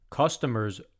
Customers